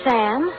Sam